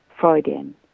Freudian